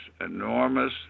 enormous